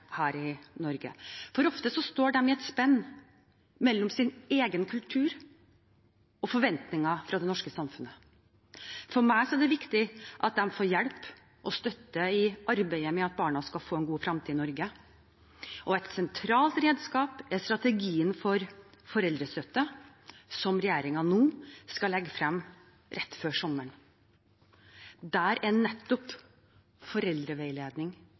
her i Norge, for ofte står de i et spenn mellom sin egen kultur og forventninger fra det norske samfunnet. For meg er det viktig at de får hjelp og støtte i arbeidet med at barna skal få en god fremtid i Norge. Et sentralt redskap er strategien for foreldrestøtte som regjeringen skal legge frem rett før sommeren. Der er nettopp foreldreveiledning